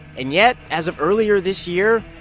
and yet, as of earlier this year,